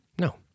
No